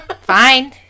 fine